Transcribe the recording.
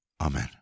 Amen